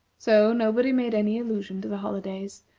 so nobody made any allusion to the holidays,